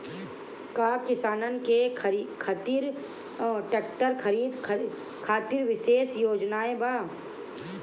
का किसानन के खातिर ट्रैक्टर खरीदे खातिर विशेष योजनाएं बा?